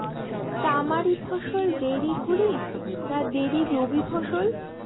তামারি ফসল দেরী খরিফ না দেরী রবি ফসল?